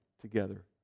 together